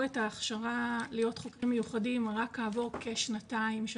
את ההכשרה להיות חוקרים מיוחדים רק כעבור כשנתיים של